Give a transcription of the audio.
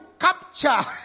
capture